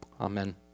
Amen